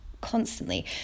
constantly